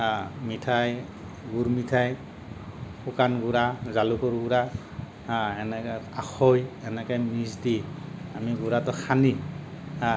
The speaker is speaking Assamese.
মিঠাই গুড় মিঠাই শুকান গুড়া জালুকৰ গুড়া এনেকে আখৈ এনেকে মিক্স দি আমি গুড়াটো সানি